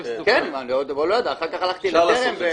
אחר כך הלכתי לטרם.